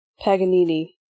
Paganini